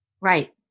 Right